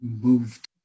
moved